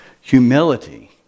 Humility